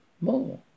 More